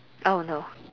oh no